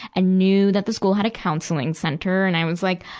and knew that the school had a counseling center, and i was, like,